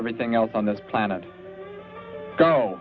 everything else on this planet go